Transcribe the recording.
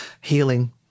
healing